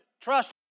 trust